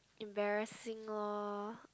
embarrassing loh